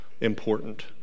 important